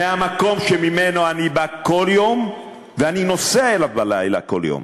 מהמקום שממנו אני בא כל יום ואני נוסע אליו בלילה כל יום.